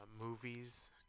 movies